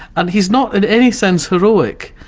and he's not in any sense heroic,